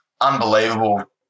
unbelievable